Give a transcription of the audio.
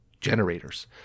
generators